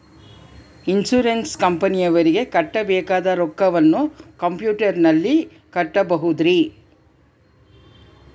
Insurance ಕಂಪನಿಯವರಿಗೆ ಕಟ್ಟಬೇಕಾದ ರೊಕ್ಕವನ್ನು ಕಂಪ್ಯೂಟರನಲ್ಲಿ ಕಟ್ಟಬಹುದ್ರಿ?